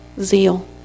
zeal